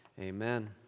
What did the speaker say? Amen